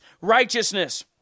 righteousness